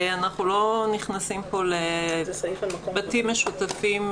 אנחנו לא נכנסים פה לבתים משותפים.